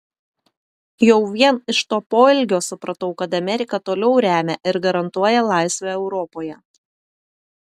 jau vien iš to poelgio supratau kad amerika toliau remia ir garantuoja laisvę europoje